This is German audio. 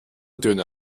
töne